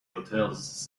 hotels